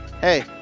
hey